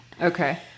Okay